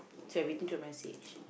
send everything to message